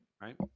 Right